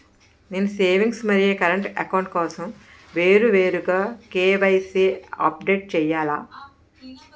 నేను సేవింగ్స్ మరియు current account కోసం వేరువేరుగా కే.వై.సీ అప్డేట్ చేయాలా?